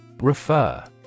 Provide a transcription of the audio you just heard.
Refer